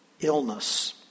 illness